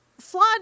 flawed